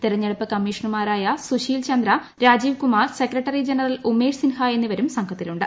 തെരഞ്ഞെടുപ്പ് കമ്മീഷണർമാരായ Sushil Chandra Rajeev Kumar secretary general Umesh Sinha എന്നിവരും സംഘത്തിലുണ്ട്